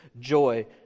joy